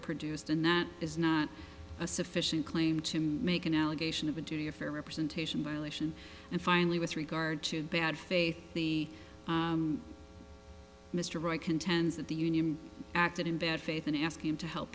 produced and that is not a sufficient claim to make an allegation of a duty a fair representation violation and finally with regard to bad faith the mr right contends that the union acted in bad faith and ask him to help